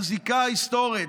הזיקה ההיסטורית,